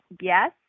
yes